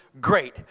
great